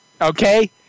okay